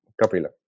Kapila